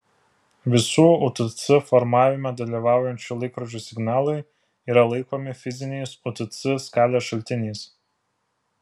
visų utc formavime dalyvaujančių laikrodžių signalai yra laikomi fiziniais utc skalės šaltiniais